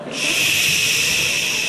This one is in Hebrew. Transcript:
התשתיות הלאומיות והבטיחות בדרכים.